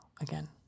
again